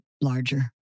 larger